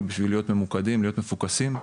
בשביל להיות ממוקדים ולהיות מפוקסים.